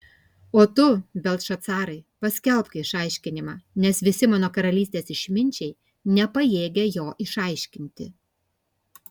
o tu beltšacarai paskelbk išaiškinimą nes visi mano karalystės išminčiai nepajėgia jo išaiškinti